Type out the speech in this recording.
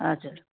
हजुर